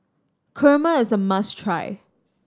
kurma is a must try